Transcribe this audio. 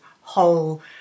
whole